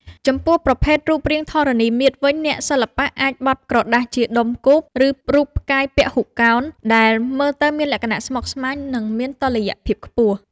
ចំពោះប្រភេទរូបរាងធរណីមាត្រវិញ អ្នកសិល្បៈអាចបត់ក្រដាសជាដុំគូប ឬរូបផ្កាយពហុកោណដែលមើលទៅមានលក្ខណៈស្មុគស្មាញ និងមានតុល្យភាពខ្ពស់។